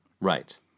Right